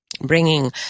bringing